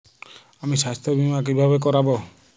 আমি স্বাস্থ্য বিমা কিভাবে করাব?